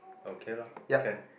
okay lah can